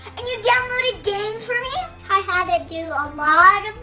and you downloaded games for me! i had to do ah like